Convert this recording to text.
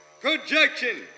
Projection